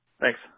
Thanks